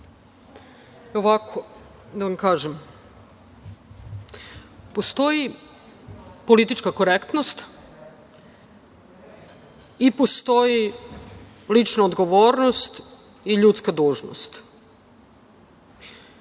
vam. Da vam kažem, postoji politička korektnost i postoji lična odgovornost i ljudska dužnost